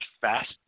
fast